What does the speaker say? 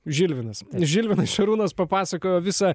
žilvinas žilvinai šarūnas papasakojo visą